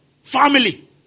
family